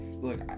Look